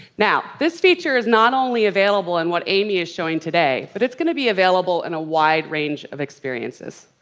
now, this feature is not only available on what amy is showing today, but it's gonna be available in a wide range of experiences.